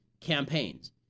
campaigns